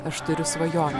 aš turiu svajonę